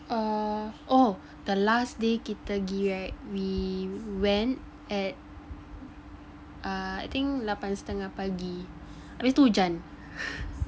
err oh the last day kita pergi right we went at err I think lapan setengah pagi habis tu hujan